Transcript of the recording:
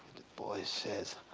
bois says,